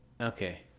Okay